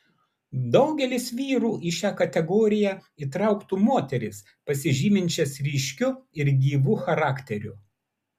daugelis vyrų į šią kategoriją įtrauktų moteris pasižyminčias ryškiu ir gyvu charakteriu